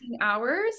hours